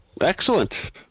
Excellent